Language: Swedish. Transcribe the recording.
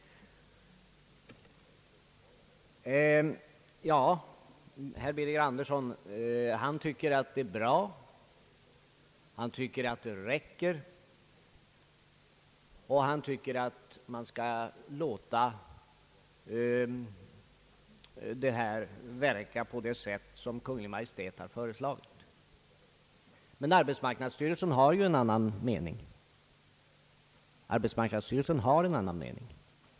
Herr Birger Andersson tycker att allt är bra, att anslagen räcker och att man skall låta det hela verka på det sätt som Kungl. Maj:t har föreslagit. Men arbetsmarknadsstyrelsen har ju en annan mening.